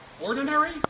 Ordinary